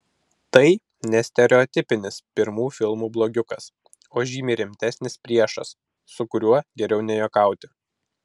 tai ne stereotipinis pirmų filmų blogiukas o žymiai rimtesnis priešas su kuriuo geriau nejuokauti